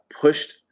pushed